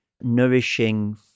nourishing